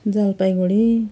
Jalpaiguri